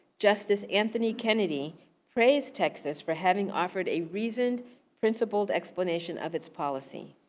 justice anthony kennedy praised texas for having offered a reasoned principled explanation of its policy.